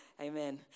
Amen